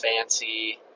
fancy